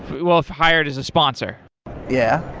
well if hired is a sponsor yeah